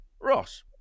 Ross